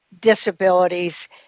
disabilities